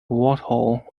whitehall